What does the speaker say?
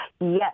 yes